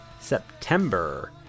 september